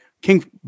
king